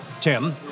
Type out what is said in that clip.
tim